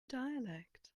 dialect